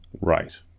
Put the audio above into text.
Right